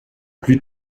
plus